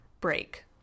break